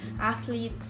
athlete